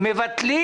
מבטלים